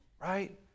Right